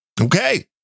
Okay